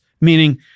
meaning